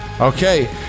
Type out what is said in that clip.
okay